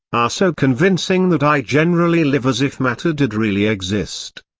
are so convincing that i generally live as if matter did really exist.